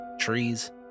trees